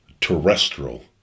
terrestrial